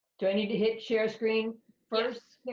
do i need to hit share screen first? yeah